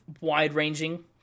wide-ranging